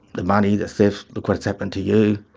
the money, the theft, look what has happened to you,